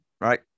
right